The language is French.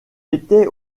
était